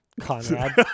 conrad